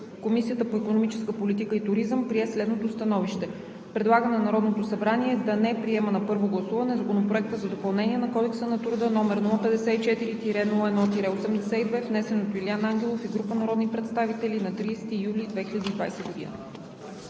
Комисията по икономическа политика и туризъм прие следното становище: Предлага на Народното събрание да не приема на първо гласуване Законопроект за допълнение на Кодекса на труда, № 054-01-82, внесен от Юлиан Ангелов и група народни представители на 30 юли 2020